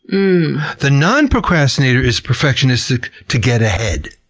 the non-procrastinator is perfectionistic to get ahead.